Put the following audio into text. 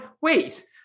wait